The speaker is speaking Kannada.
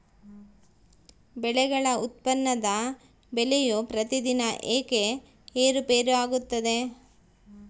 ಬೆಳೆಗಳ ಉತ್ಪನ್ನದ ಬೆಲೆಯು ಪ್ರತಿದಿನ ಏಕೆ ಏರುಪೇರು ಆಗುತ್ತದೆ?